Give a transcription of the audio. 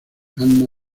anna